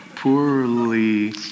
Poorly